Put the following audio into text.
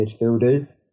midfielders